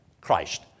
Christ